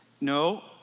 No